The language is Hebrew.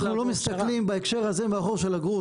אנחנו לא מסתכלים בהקשר הזה מהחור של הגרוש,